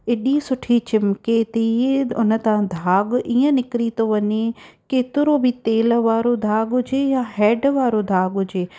एॾी सुठी चिमके थी हुन तां दाग़ु ईअं निकरी थो वञे केतिरो बि तेल वारो दाग़ु हुजे या हेडु वारो दाग़ु हुजे